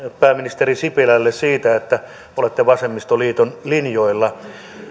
pääministeri sipilälle siitä että olette vasemmistoliiton linjoilla